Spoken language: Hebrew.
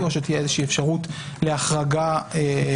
או שתהיה איזה שהיא אפשרות להחרגה גורפת,